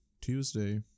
Tuesday